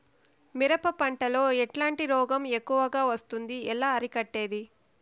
మిరప పంట లో ఎట్లాంటి రోగం ఎక్కువగా వస్తుంది? ఎలా అరికట్టేది?